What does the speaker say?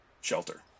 shelter